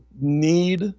need